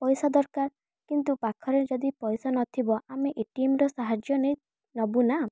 ପଇସା ଦରକାର କିନ୍ତୁ ପାଖରେ ଯଦି ପଇସା ନଥିବ ଆମେ ଏଟିଏମର ସାହାଯ୍ୟ ନେବୁ ନା